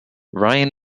ryan